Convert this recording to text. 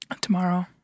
Tomorrow